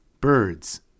birds